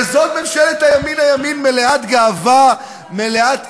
וזאת ממשלת הימין-הימין מלאת גאווה, מלאת עזוז.